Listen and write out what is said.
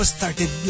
started